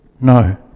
no